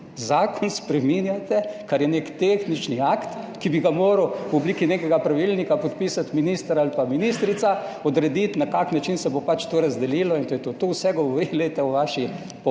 Zakon spreminjate, kar je nek tehnični akt, ki bi ga moral v obliki nekega pravilnika podpisati minister ali pa ministrica, odrediti, na kakšen način se bo pač to razdelilo in to je to. Vse govori, glejte, o vaši popolni,